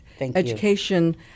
education